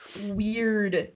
weird